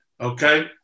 okay